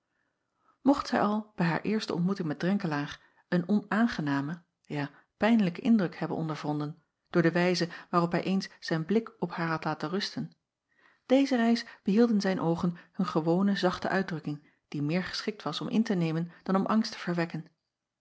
ocht zij al bij haar eerste ontmoeting met renkelaer een onaangenamen ja pijnlijken indruk hebben ondervonden door de wijze waarop hij eens zijn blik op haar had laten rusten deze reis behielden zijn oogen hun gewone zachte uitdrukking die meer geschikt was om in te nemen dan om angst te verwekken